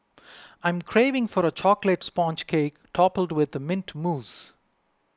I'm craving for a Chocolate Sponge Cake Topped with Mint Mousse